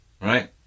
Right